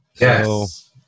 Yes